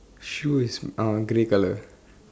shoes is uh grey colour